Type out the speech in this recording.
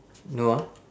no ah